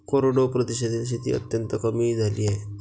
कोरडवाहू प्रदेशातील शेती अत्यंत कमी झाली आहे